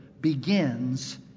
begins